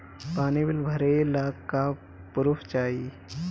पानी बिल भरे ला का पुर्फ चाई?